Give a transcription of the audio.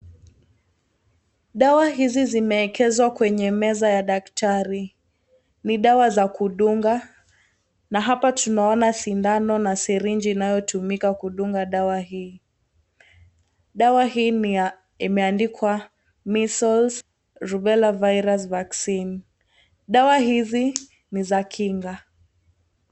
Dawa hizi zimeekezwa kwenye meza ya daktari. Ni dawa za kudunga na hapa tunaona sindano na sirinchi inayotumika kudunga dawa hii. Dawa hii imeandikwa measles rubella virus vaccine . Dawa hizi ni za kinga.